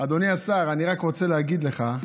אדוני השר, אני רק רוצה להגיד לך,